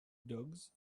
dogs